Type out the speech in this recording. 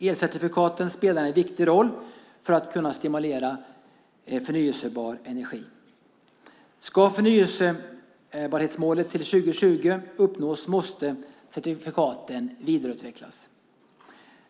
Elcertifikaten spelar en viktig roll för att stimulera förnybar energi. Ska förnybarhetsmålet uppnås till 2020 måste certifikaten vidareutvecklas.